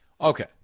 Okay